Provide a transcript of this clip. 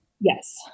yes